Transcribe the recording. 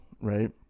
right